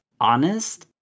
honest